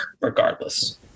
regardless